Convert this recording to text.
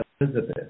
Elizabeth